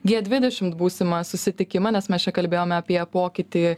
gie dvidešimt būsimą susitikimą nes mes čia kalbėjome apie pokytį